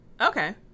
okay